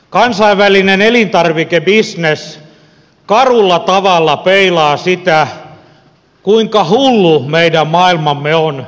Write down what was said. kansainvälinen elintarvikebisnes karulla tavalla peilaa sitä kuinka hullu meidän maailmamme on